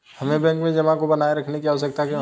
हमें बैंक में जमा को बनाए रखने की आवश्यकता क्यों है?